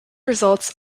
results